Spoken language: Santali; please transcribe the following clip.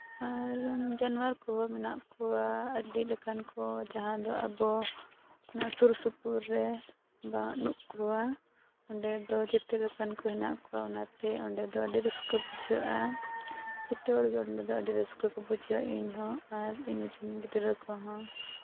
ᱟᱨ ᱡᱟᱱᱚᱣᱟᱨ ᱠᱚᱦᱚᱸ ᱢᱮᱱᱟᱜ ᱠᱚᱣᱟ ᱟᱹᱰᱤ ᱞᱮᱠᱟᱱ ᱠᱚ ᱡᱟᱦᱟᱸ ᱫᱚ ᱟᱵᱚ ᱱᱚᱣᱟ ᱥᱩᱨᱼᱥᱩᱯᱩᱨ ᱨᱮ ᱵᱟᱹᱱᱩᱜ ᱠᱚᱣᱟ ᱚᱸᱰᱮ ᱫᱚ ᱡᱚᱛᱚ ᱞᱮᱠᱟᱱ ᱠᱚ ᱦᱮᱱᱟᱜ ᱠᱚᱣᱟ ᱚᱱᱟᱛᱮ ᱚᱸᱰᱮ ᱫᱚ ᱟᱹᱰᱤ ᱨᱟᱹᱥᱠᱟᱹ ᱵᱩᱡᱷᱟᱹᱜᱼᱟ ᱡᱚᱛᱚ ᱦᱚᱲ ᱜᱮ ᱚᱸᱰᱮ ᱫᱚ ᱟᱹᱰᱤ ᱨᱟᱹᱥᱠᱟᱹ ᱠᱚ ᱵᱩᱡᱷᱟᱹᱣᱟ ᱤᱧ ᱦᱚᱸ ᱟᱨ ᱤᱧ ᱨᱮᱱ ᱜᱤᱫᱽᱨᱟᱹ ᱠᱚᱦᱚᱸ